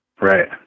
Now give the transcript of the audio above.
Right